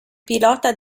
pilota